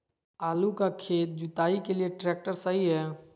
आलू का खेत जुताई के लिए ट्रैक्टर सही है?